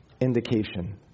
indication